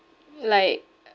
like